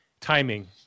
timing